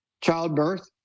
childbirth